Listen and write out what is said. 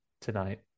tonight